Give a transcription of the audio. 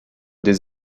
des